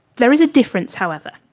there is a difference, however.